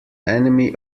enemy